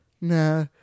Nah